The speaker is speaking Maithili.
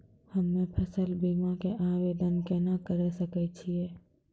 हम्मे फसल बीमा के आवदेन केना करे सकय छियै?